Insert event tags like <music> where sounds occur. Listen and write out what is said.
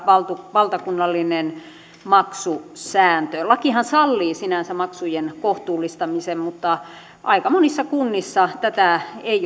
valtakunnallinen maksusääntö lakihan sallii sinänsä maksujen kohtuullistamisen mutta aika monissa kunnissa joko tätä ei <unintelligible>